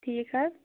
ٹھیٖک حظ